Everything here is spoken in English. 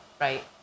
right